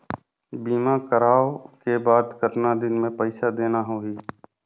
बीमा करवाओ के बाद कतना दिन मे पइसा देना हो ही?